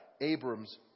Abram's